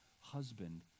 husband